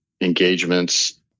engagements